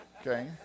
okay